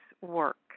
Work